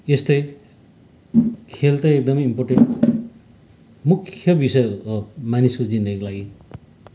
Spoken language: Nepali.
यस्तै खेल त एकदमै इम्पोर्टेन्ट हो मुख्य विषय हो मानिसको जिन्दगीको लागि